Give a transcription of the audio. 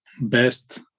best